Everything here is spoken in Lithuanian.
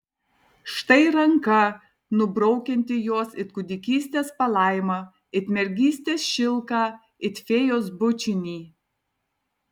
štai ranka nubraukianti juos it kūdikystės palaimą it mergystės šilką it fėjos bučinį